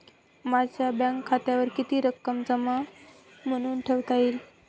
माझ्या बँक खात्यावर किती रक्कम जमा म्हणून ठेवता येईल?